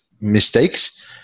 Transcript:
mistakes